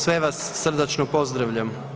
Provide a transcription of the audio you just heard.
Sve vas srdačno pozdravljam.